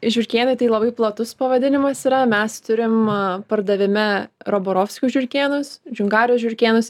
žiurkėnai tai labai platus pavadinimas yra mes turim pardavime roborovskio žiurkėnus džiungario žiurkėnus